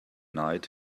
night